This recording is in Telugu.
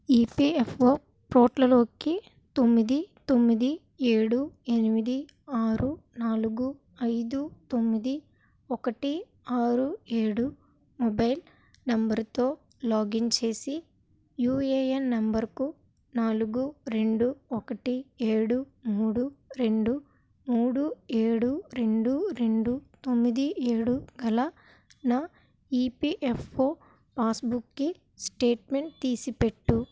ఈపిఎఫ్ఓ ప్రోర్ట్లలోకి తొమ్మిది తొమ్మిది ఏడు ఎనిమిది ఆరు నాలుగు ఐదు తొమ్మిది ఒకటి ఆరు ఏడు మొబైల్ నెంబరుతో లాగిన్ చేసి యూఏఎన్ నెంబరుకు నాలుగు రెండు ఒకటి ఏడు మూడు రెండు మూడు ఏడు రెండు రెండు తొమ్మిది ఏడు గల నా ఈపిఎఫ్ఓ పాస్బుక్కి స్టేట్మెంట్ తీసిపెట్టు